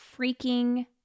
freaking